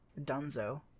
dunzo